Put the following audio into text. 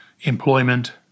employment